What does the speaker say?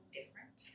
different